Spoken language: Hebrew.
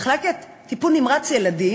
מחלקת טיפול נמרץ ילדים,